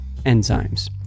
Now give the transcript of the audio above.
enzymes